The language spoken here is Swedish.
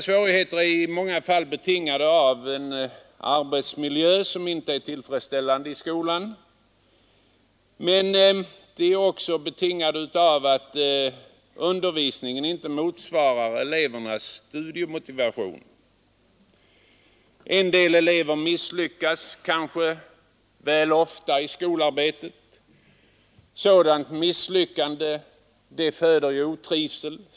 Svårigheterna är i många fall betingade av att arbetsmiljön i skolan inte är tillfredsställande men beror också på att undervisningen inte motsvarar elevernas studiemotivation. En del elever misslyckas kanske väl ofta i skolarbetet, och sådant föder otrivsel.